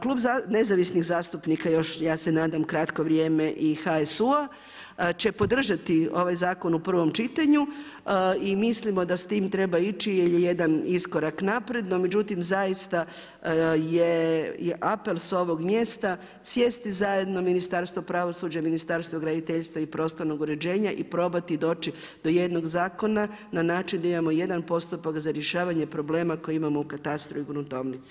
Klub nezavisnih zastupnika još ja se nadam, kratko vrijeme, i HSU-a će podržati ovaj zakon u prvom čitanju, i mislimo da s tim treba ići jer je dan iskorak naprijed, no međutim zaista je apel s ovog mjesta, sjesti zajedno Ministarstvo pravosuđa i Ministarstvo graditeljstva i prostornog uređenja i probati doći do jednog zakona na način da imamo jedna postupak za rješavanje problema koji imamo u katastru i gruntovnici.